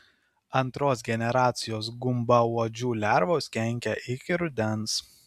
antros generacijos gumbauodžių lervos kenkia iki rudens